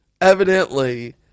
evidently